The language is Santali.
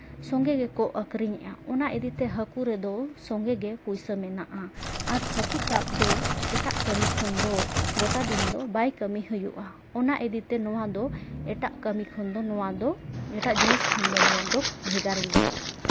ᱥᱚᱝᱜᱮ ᱜᱮᱠᱚ ᱟᱹᱠᱷᱨᱤᱧᱮᱜᱼᱟ ᱚᱟ ᱤᱫᱤᱛᱮ ᱦᱟᱹᱠᱩ ᱨᱮᱫᱚ ᱥᱚᱸᱜᱮ ᱜᱮ ᱯᱩᱭᱥᱟᱹ ᱢᱮᱱᱟᱜᱼᱟ ᱟᱨ ᱦᱟᱹᱠᱩ ᱥᱟᱵ ᱫᱚ ᱮᱴᱟᱜ ᱠᱟᱹᱢᱤ ᱠᱷᱚᱱ ᱫᱚ ᱜᱳᱴᱟ ᱫᱤᱱ ᱫᱚ ᱵᱟᱭ ᱠᱟᱹᱢᱤ ᱦᱩᱭᱩᱜᱼᱟ ᱚᱱᱟ ᱤᱫᱤᱛᱮ ᱱᱚᱣᱟ ᱫᱚ ᱮᱴᱟᱜ ᱠᱟᱹᱢᱤ ᱠᱷᱚᱱ ᱫᱚ ᱱᱚᱣᱟ ᱫᱚ ᱮᱴᱟᱜ ᱡᱤᱱᱤᱥ ᱠᱷᱚᱱ ᱱᱚᱣᱟᱫᱚ ᱵᱷᱮᱜᱟᱨ ᱜᱮᱭᱟ